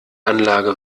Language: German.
anlage